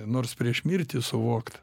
nors prieš mirtį suvokt